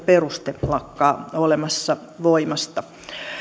peruste lakkaa olemasta voimassa